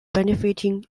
benefiting